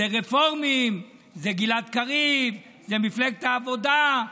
זה רפורמים, זה גלעד קריב, זה מפלגת העבודה,